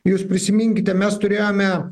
jūs prisiminkite mes turėjome